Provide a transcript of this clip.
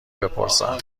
بپرسم